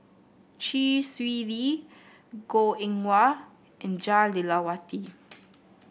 Chee Swee Lee Goh Eng Wah and Jah Lelawati